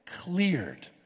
cleared